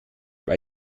bei